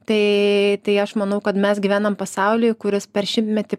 tai aš manau kad mes gyvenam pasauly kuris per šimtmetį